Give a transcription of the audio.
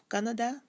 Canada